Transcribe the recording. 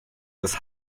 des